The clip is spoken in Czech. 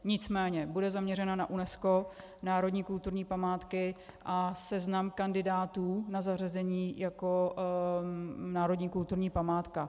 Nicméně bude zaměřena na UNESCO, národní kulturní památky a seznam kandidátů na zařazení jako národní kulturní památka.